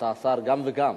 אתה שר גם וגם,